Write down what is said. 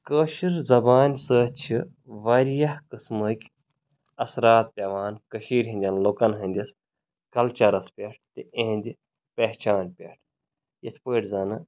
کٲشٕر زَبانہِ سۭتۍ چھِ واریاہ قٕسمٕکۍ اَثرات پٮ۪وان کٔشیٖرِ ہِنٛدٮ۪ن لُکَن ہٕنٛدِس کَلچَرَس پٮ۪ٹھ تہٕ اِہِنٛدِ پہچان پٮ۪ٹھ اِتھ پٲٹھۍ زَنہٕ